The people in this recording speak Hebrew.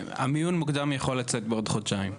המיון המוקדם יכול לצאת בעוד חודשיים.